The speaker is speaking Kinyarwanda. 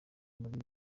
muri